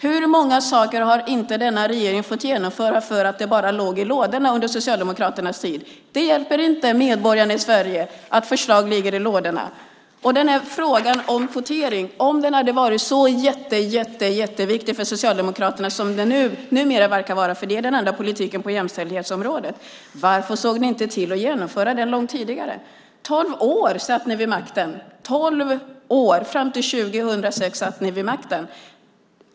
Hur många saker har inte denna regering fått genomföra för att det bara låg i lådorna under Socialdemokraternas tid? Det hjälper inte medborgarna i Sverige att förslag ligger i lådorna. Om kvotering hade varit så jätteviktigt för Socialdemokraterna som det numera verkar vara, för det är den enda politiken på jämställdhetsområdet, varför såg ni inte till att genomföra det långt tidigare? Tolv år satt ni vid makten. Tolv år, fram till 2006, satt ni vid makten.